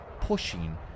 pushing